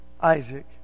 Isaac